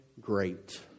great